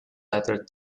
letter